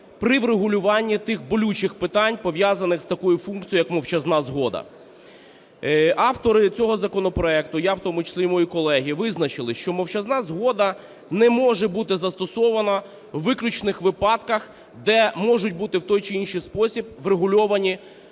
при врегулюванні тих болючих питань, пов'язаних з такою функцією як мовчазна згода. Автори цього законопроекту, я в тому числі і мої колеги, визначили, що мовчазна згода не може бути застосована у виключних випадках, де можуть бути в той чи інший спосіб врегульовані